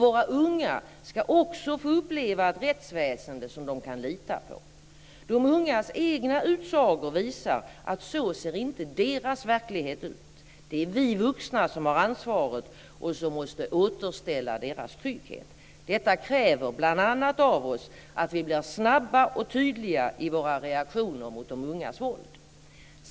Våra unga ska också få uppleva ett rättsväsende som de kan lita på. De ungas egna utsagor visar att så ser inte deras verklighet ut. Det är vi vuxna som har ansvaret och som måste återställa deras trygghet. Detta kräver bl.a. av oss att vi blir snabba och tydliga i våra reaktioner mot de ungas våld.